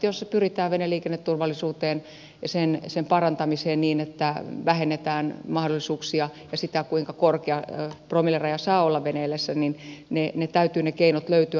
jos pyritään veneliikenneturvallisuuteen ja sen parantamiseen niin että vaikutetaan siihen kuinka korkea promilleraja saa olla veneillessä täytyy niiden keinojen löytyä